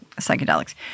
psychedelics